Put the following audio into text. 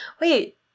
wait